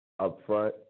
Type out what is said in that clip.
upfront